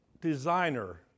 designer